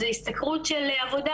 זה השתכרות של עבודה,